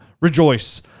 rejoice